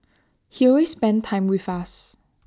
he always spent time with us